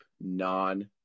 non